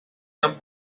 tan